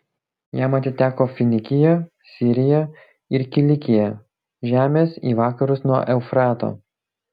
jam atiteko finikija sirija ir kilikija žemės į vakarus nuo eufrato